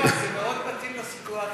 זה מאוד מתאים לסיטואציה.